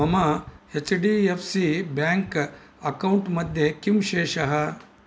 मम H D F C bank account मध्ये किं शेषः